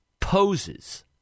poses